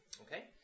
Okay